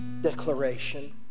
declaration